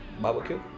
barbecue